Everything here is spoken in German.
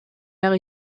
wäre